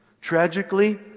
tragically